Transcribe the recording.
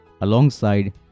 alongside